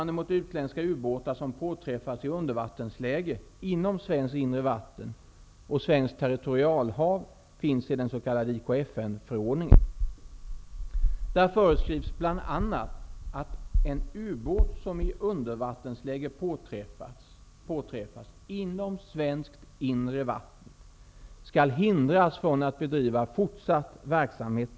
Där föreskrivs bl.a. att en ubåt som i undervattensläge påträffas inom svenskt inre vatten skall hindras från att bedriva fortsatt verksamhet.